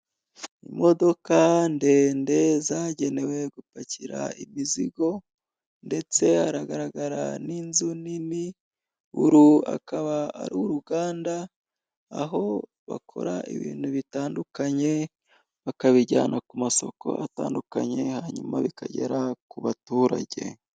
Imodoka ndende zagenewe gupakira imizigo ndetse hagaragara n'inzu nini, uru akaba ari uruganda aho bakora ibintu bitandukanye, bakabijyana ku masoko atandukanye hanyuma bikagera ku baturage.